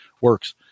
works